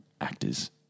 actors